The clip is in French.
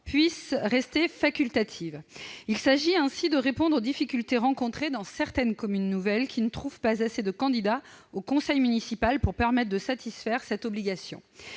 puisse rester facultative. Il s'agit ainsi de répondre aux difficultés rencontrées dans certaines communes nouvelles, qui ne trouvent pas assez de candidats au conseil municipal pour satisfaire cette obligation.